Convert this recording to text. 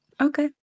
okay